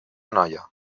noia